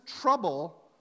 trouble